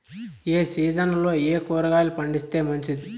ఏ సీజన్లలో ఏయే కూరగాయలు పండిస్తే మంచిది